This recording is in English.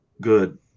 good